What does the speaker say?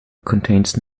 contains